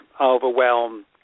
overwhelm